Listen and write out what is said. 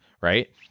right